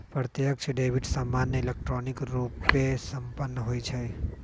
प्रत्यक्ष डेबिट सामान्य इलेक्ट्रॉनिक रूपे संपन्न होइ छइ